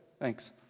Thanks